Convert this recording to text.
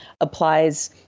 applies